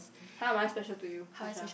how am I special to you Isha